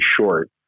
short